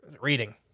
Reading